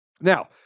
Now